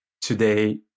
today